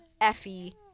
Effie